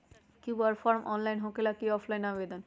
QR form online होकेला कि offline आवेदन?